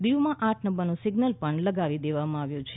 દીવમાં આઠ નંબરનું સિઝલ પણ લગાવી દેવામાં આવ્યું છે